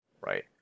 right